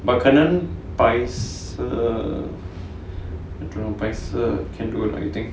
but 可能白色白色 can don't I think